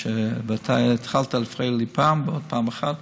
ואתה התחלת להפריע לי פעם ועוד פעם אחת,